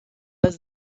does